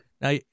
Now